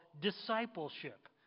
discipleship